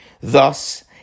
Thus